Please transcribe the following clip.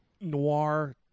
noir